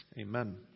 Amen